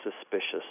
suspicious